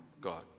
God